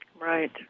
Right